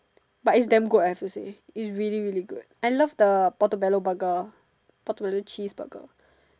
but is damn good I should say is really really good I love the Portobello burger Portobello cheese burger